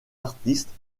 artistes